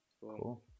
Cool